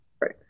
Right